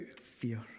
fear